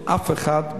עם אף אחד,